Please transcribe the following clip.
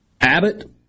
Abbott